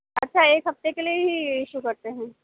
اچھا ایک ہفتے کے لیے ہی ایشو کرتے ہیں